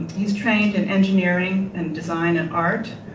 he's trained in engineering and design and art.